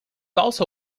also